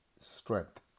strength